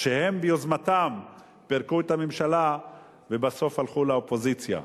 שהן ביוזמתן פירקו את הממשלה ובסוף הלכו לאופוזיציה.